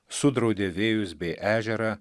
sudraudė vėjus bei ežerą